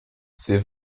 ces